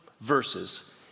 verses